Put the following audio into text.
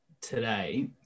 today